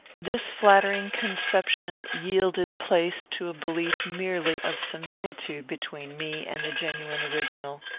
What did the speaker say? this flattering conception yielded place to a belief merely of similitude between me and the genuine original.